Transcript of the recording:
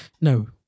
no